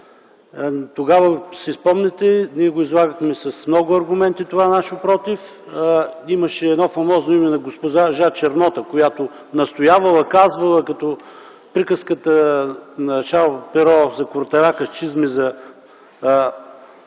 Тогава, ако си спомняте, ние излагахме с много аргументи това наше „против”. Имаше едно фамозно име на госпожа Чернота, която настоявала, казвала като приказката на Шарл Перо за „Котаракът с чизми” за